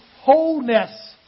wholeness